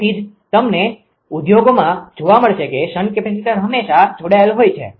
તેથી જ તમને ઉદ્યોગોમાં જોવા મળશે કે શન્ટ કેપેસિટર હંમેશાં જોડાયેલ હોય છે